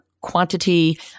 quantity